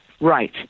Right